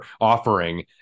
offering